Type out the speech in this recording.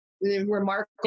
remarkable